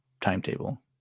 timetable